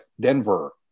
Denver